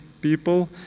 people